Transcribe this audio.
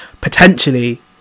Potentially